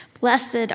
Blessed